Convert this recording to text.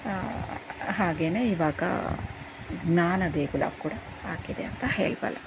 ಹಾಗೆಯೇ ಈವಾಗ ಜ್ಞಾನದೇಗುಲ ಕೂಡ ಆಗಿದೆ ಅಂತ ಹೇಳಬಲ್ಲೆ